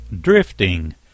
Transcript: Drifting